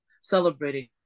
celebrating